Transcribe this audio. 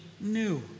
new